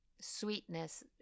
sweetness